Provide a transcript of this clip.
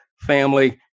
family